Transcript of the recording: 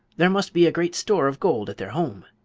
there must be a great store of gold at their home.